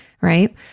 right